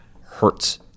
hurts